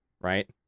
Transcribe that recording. right